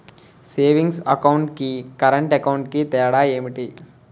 Savings account కి current account కి తేడా ఏమిటి?